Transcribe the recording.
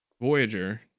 Voyager